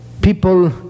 people